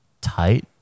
tight